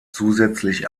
zusätzlich